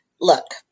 Look